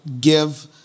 give